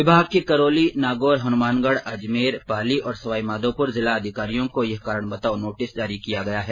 विभाग के करौली नागौर हनुमानगढ अजमेर पाली और सवाईमाधोपुर जिलाधिकारियों को यह कारण बताओ नोटिस जारी किया है